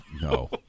No